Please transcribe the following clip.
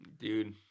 Dude